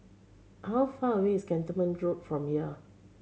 how far away is Cantonment Road from here